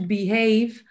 behave